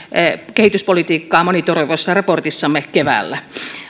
kehityspolitiikkaa monitoroivassa raportissamme keväällä